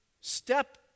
step